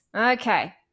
Okay